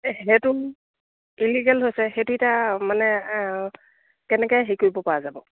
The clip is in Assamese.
সেইটো ইলিগেল হৈছে সেইটো এতিয়া মানে কেনেকৈ হেৰি কৰিব পৰা যাব